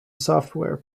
software